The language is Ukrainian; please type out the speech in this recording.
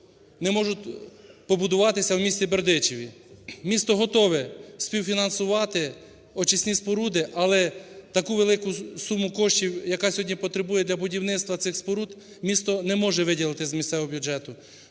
не можуть побудуватися в місті Бердичеві. Місто готове співфінансувати очисні споруди, але таку велику суму коштів, яка сьогодні потребує для будівництва цих споруд, місто не може виділити з місцевого бюджету.